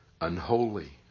unholy